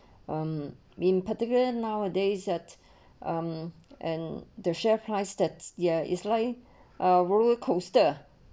um been particular nowadays that um and the share price that's ya it's like ah roller coaster